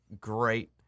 great